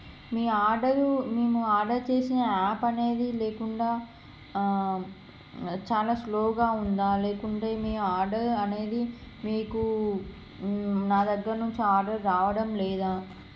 మీ order మేము order చేసిన app అనేది లేకుండా చాలా స్లోగా ఉందా లేకుంటే మీ ఆర్డర్ అనేది మీకు మా దగ్గర నుంచి ఆర్డర్ రావడం లేదా